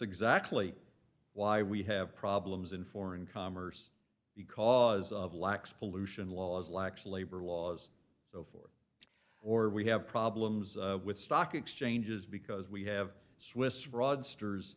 exactly why we have problems in foreign commerce because of lax pollution laws lax labor laws so forth or we have problems with stock exchanges because we have swiss